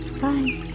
bye